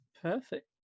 Perfect